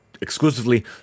exclusively